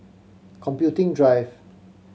Computing Drive